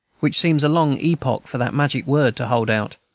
which seems a long epoch for that magic word to hold out.